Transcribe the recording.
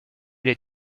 les